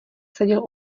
seděl